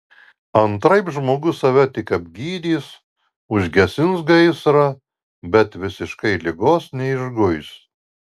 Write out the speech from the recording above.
antraip žmogus save tik apgydys užgesins gaisrą bet visiškai ligos neišguis